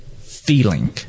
feeling